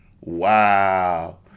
wow